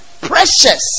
precious